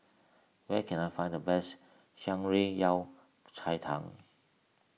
where can I find the best Shan Rui Yao Cai Tang